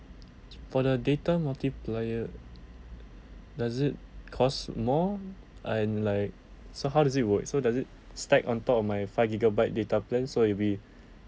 for the data multiplier does it cost more and like so how does it work so does it stack on top of my five gigabyte data plan so it'll be